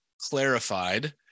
clarified